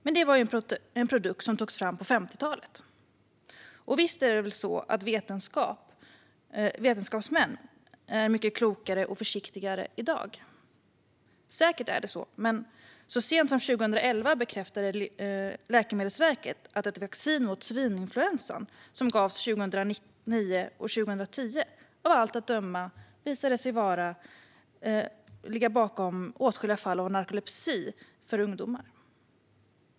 Men det var ju en produkt som togs fram på 50-talet, och vetenskapsmän är väl mycket klokare och försiktigare i dag. Säkert är det så, men så sent som 2011 bekräftade Läkemedelsverket att ett vaccin mot svininfluensa, som gavs 2009-2010, visade sig ligga bakom åtskilliga fall av narkolepsi bland ungdomar.